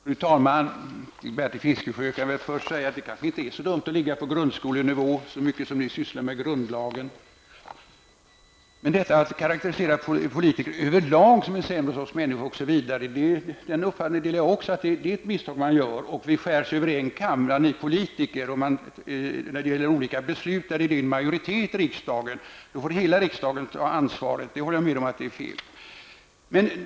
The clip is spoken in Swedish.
Fru talman! Jag vill först till Bertil Fiskesjö säga att det kanske inte är så dumt att ligga på grundskolenivå, så mycket som ni sysslar med grundlagen. Jag delar uppfattningen att det är ett misstag att karakterisera politiker över lag som en sämre sorts människor. Vi skärs över en kam. Jag håller med om att det är fel att hela riksdagen får ta ansvar för olika beslut som inte har fattats med majoritet.